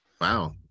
Wow